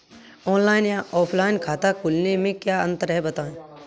Online या offline खाता खोलने में क्या अंतर है बताएँ?